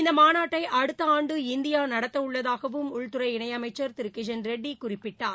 இந்த மாநாட்டை அடுத்த ஆண்டு இந்தியா நடத்த உள்ளதாகவும் உள்துறை இணையமைச்சா் திரு கிஷன் ரெட்டி குறிப்பிட்டார்